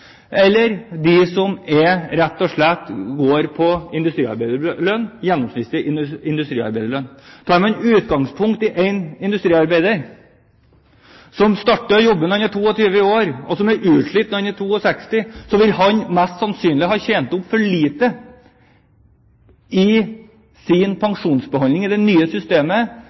gjennomsnittlig industriarbeiderlønn. Tar man utgangspunkt i en industriarbeider som begynner å jobbe når han er 22 år, og som er utslitt når han er 62 år, vil han mest sannsynlig ha opptjent for lite til sin pensjonsbeholdning i det nye systemet,